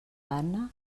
anna